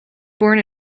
born